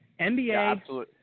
NBA